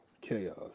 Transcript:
chaos